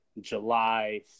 July